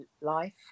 life